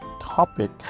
topic